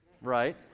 right